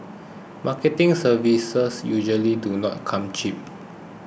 marketing services usually do not come cheap